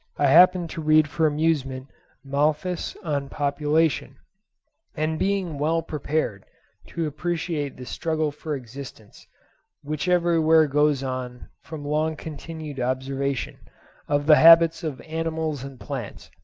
i happened to read for amusement malthus on population and being well prepared to appreciate the struggle for existence which everywhere goes on from long-continued observation of the habits of animals and plants,